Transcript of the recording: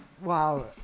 Wow